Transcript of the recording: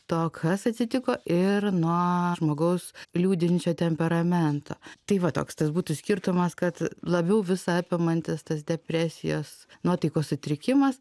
to kas atsitiko ir nuo žmogaus liūdinčio temperamento tai va toks tas būtų skirtumas kad labiau visa apimantis tas depresijos nuotaikos sutrikimas